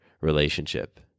relationship